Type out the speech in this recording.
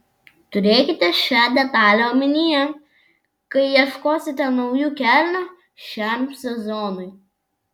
turėkite šią detalę omenyje kai ieškosite naujų kelnių šiam sezonui